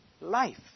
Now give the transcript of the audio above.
life